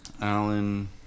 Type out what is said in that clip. Alan